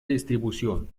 distribución